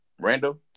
Randall